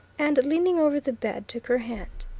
and, leaning over the bed, took her hand.